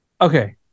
Okay